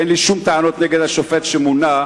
אין לי שום טענות נגד השופט שמונה,